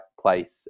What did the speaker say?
place